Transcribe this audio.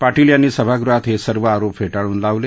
पाटील यांनी सभागृहात हे सर्व आरोप फेटाळून लावले